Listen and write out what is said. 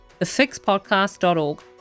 thefixpodcast.org